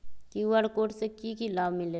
QR code से कि कि लाव मिलेला?